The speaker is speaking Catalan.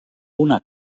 una